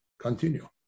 Continue